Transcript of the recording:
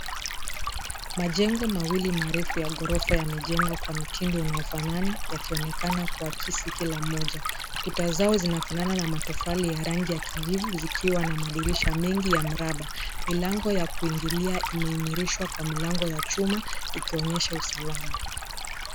Majengo mawili marefu ya ghorofa yamejengwa kwa mtindo unaofanana yakionekana kuakisi kila moja. Kuta zao zinafanana na matofali ya rangi ya kijivu zikiwa na madirisha mengi ya mraba. Milango ya kuingilia imeimirishwa kwa mlango ya chuma ikionyesha usalama.